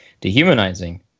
dehumanizing